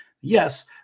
Yes